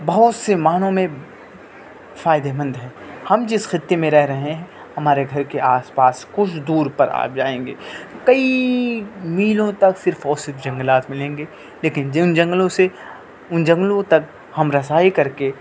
بہت سے معنوں میں فائدےمند ہیں ہم جس خطے میں رہ رہے ہیں ہمارے گھر کے آس پاس کچھ دور پر آپ جائیں گے کئی میلوں تک صرف اور صرف جنگلات ملیں گے لیکن جن جنگلوں سے ان جنگلوں تک ہم رسائی کر کے